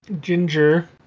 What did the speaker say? Ginger